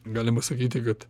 galima sakyti kad